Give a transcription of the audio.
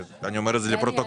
אני אומר את זה לפרוטוקול.